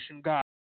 God